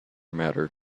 matter